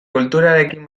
kulturekin